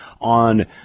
on